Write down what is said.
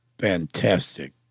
fantastic